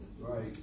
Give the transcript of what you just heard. Right